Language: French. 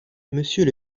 monsieur